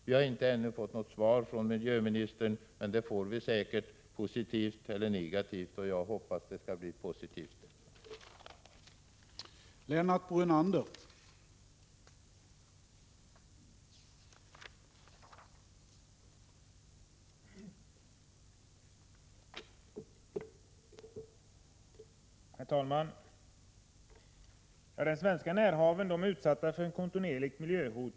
Vi har inte ännu fått något svar från miljöministern, men jag hoppas att det skall bli ett positivt svar.